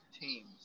teams